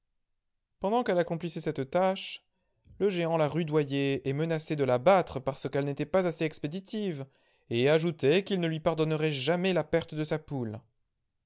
pendant quelle accomplissait cette tâche le géant la rudoyait et menaçait de la battre parce qu'elle n'était pas assez expéditive et ajoutait qu'il ne lui pardonnerait jamais la perte de sa poule